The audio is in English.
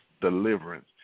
deliverance